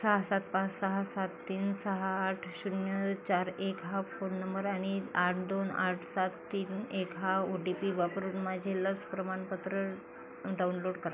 सहा सात पाच सहा सात तीन सहा आठ शून्य चार एक हा फोन नंबर आणि आठ दोन आठ सात तीन एक हा ओ टी पी वापरून माझे लस प्रमाणपत्र डाउनलोड करा